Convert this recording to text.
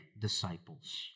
disciples